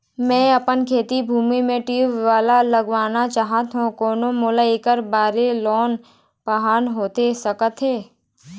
मैं अपन खेती भूमि म ट्यूबवेल लगवाना चाहत हाव, कोन मोला ऐकर बर लोन पाहां होथे सकत हे?